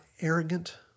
arrogant